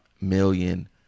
million